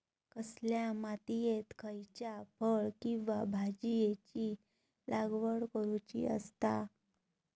कसल्या मातीयेत खयच्या फळ किंवा भाजीयेंची लागवड करुची असता?